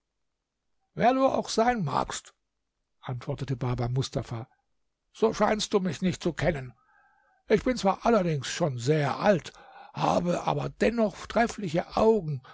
wer du auch sein magst antwortete baba mustafa so scheinst du mich nicht zu kennen ich bin zwar allerdings schon sehr alt habe aber dennoch treffliche augen